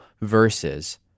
verses